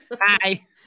hi